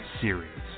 Series